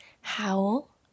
Howl